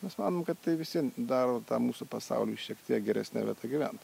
mes manom kad tai vis vien daro tą mūsų pasaulį šiek tiek geresne vieta gyvent